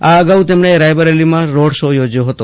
આ અગાઉ તેમણે રાયબરેલીમાં રોડ શો યોજ્યો હતો